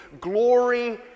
glory